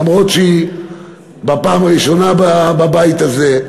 למרות שהיא בפעם הראשונה בבית הזה.